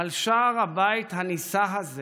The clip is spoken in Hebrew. "על שער הבית הנישא הזה